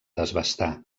desbastar